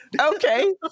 Okay